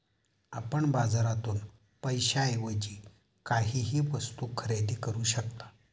आपण बाजारातून पैशाएवजी काहीही वस्तु खरेदी करू शकता